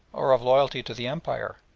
or of loyalty to the empire,